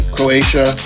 Croatia